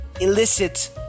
illicit